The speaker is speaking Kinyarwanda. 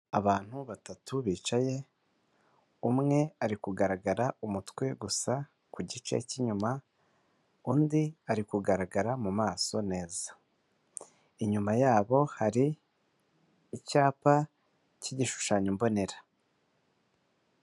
Abantu batatu bicaye, umwe ari kugaragara umutwe gusa ku gice cy'inyuma, undi ari kugaragara mu maso neza. Inyuma yabo hari icyapa cy'igishushanyo mbonera.